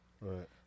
Right